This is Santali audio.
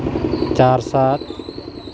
ᱪᱟᱨ ᱥᱟᱛ